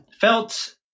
felt